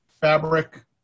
fabric